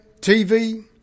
TV